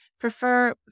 prefer